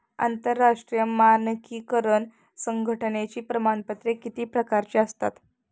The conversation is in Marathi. आंतरराष्ट्रीय मानकीकरण संघटनेची प्रमाणपत्रे किती प्रकारची असतात?